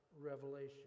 revelation